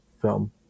film